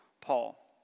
Paul